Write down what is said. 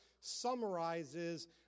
summarizes